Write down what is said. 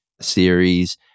series